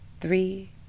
Three